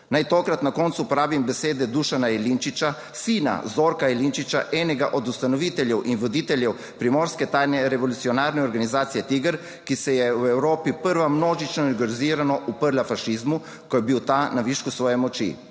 Naj tokrat na koncu uporabim besede Dušana Jelinčiča, sina Zorka Jelinčiča, enega od ustanoviteljev in voditeljev primorske tajne revolucionarne organizacije TIGR, ki se je v Evropi prva množično organizirano uprla fašizmu, ko je bil ta na višku svoje moči.